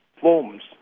forms